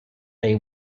they